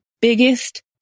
biggest